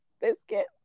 biscuit